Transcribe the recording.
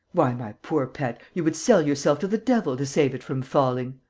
why, my poor pet, you would sell yourself to the devil to save it from falling.